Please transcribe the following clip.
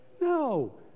No